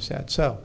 is that so